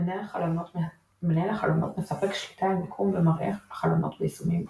מנהל החלונות מספק שליטה על מיקום ומראה החלונות ביישומים שונים.